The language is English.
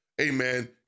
amen